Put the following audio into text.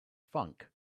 funk